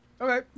Okay